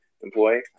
employee